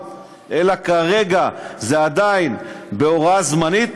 אלא כרגע זה עדיין בהוראה זמנית,